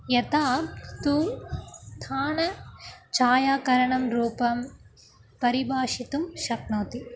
यथा तु स्थानं छायाकरणं रूपं परिभाषितुं शक्नोति